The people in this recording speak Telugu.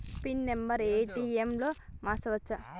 పిన్ నెంబరు ఏ.టి.ఎమ్ లో మార్చచ్చా?